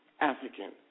African